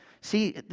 see